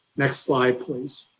next slide please.